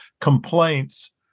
complaints